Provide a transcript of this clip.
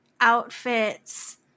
outfits